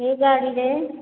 ସେ ଗାଡ଼ିରେ